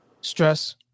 stress